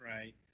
Right